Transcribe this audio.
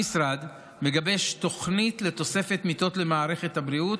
המשרד מגבש תוכנית לתוספת מיטות למערכת הבריאות,